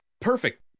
perfect